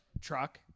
truck